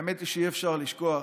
האמת היא שאי-אפשר לשכוח,